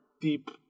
deep